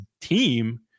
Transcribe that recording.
team